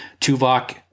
Tuvok